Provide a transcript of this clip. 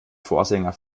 vorsänger